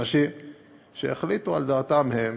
אנשים שהחליטו על דעתם שלהם,